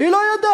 היא לא ידעה.